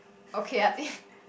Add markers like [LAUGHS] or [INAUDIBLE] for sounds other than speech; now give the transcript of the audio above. okay I think [LAUGHS]